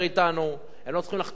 הם לא צריכים לחתום לנו על שום דבר.